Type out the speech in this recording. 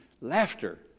laughter